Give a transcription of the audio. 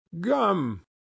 Gum